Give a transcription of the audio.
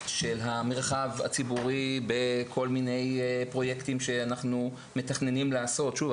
של המרחב הציבורי בכל מיני פרויקטים שאנחנו מתכננים לעשות שוב,